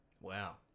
Wow